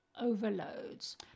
overloads